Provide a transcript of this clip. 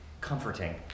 comforting